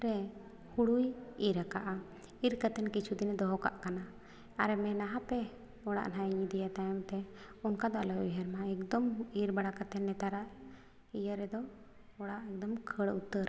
ᱨᱮ ᱦᱩᱲᱩᱭ ᱤᱨ ᱟᱠᱟᱫᱟ ᱤᱨ ᱠᱟᱛᱮᱫ ᱠᱤᱪᱷᱩᱫᱤᱱᱮ ᱫᱚᱦᱚᱠᱟᱜ ᱠᱟᱱᱟ ᱟᱨᱮ ᱢᱮᱱᱟ ᱦᱟᱯᱮ ᱚᱲᱟᱜ ᱱᱟᱦᱟᱸᱜ ᱤᱧ ᱤᱫᱤᱭᱟ ᱛᱟᱭᱚᱢᱛᱮ ᱚᱱᱠᱟᱫᱚ ᱟᱞᱚᱞᱭ ᱩᱭᱦᱟᱹᱨᱢᱟ ᱮᱠᱫᱚᱢ ᱤᱨᱵᱟᱲᱟ ᱠᱟᱛᱮᱫ ᱱᱮᱛᱟᱨᱟᱜ ᱤᱭᱟᱹᱨᱮᱫᱚ ᱚᱲᱟᱜ ᱮᱠᱫᱚᱢ ᱠᱷᱟᱹᱲ ᱩᱛᱟᱹᱨ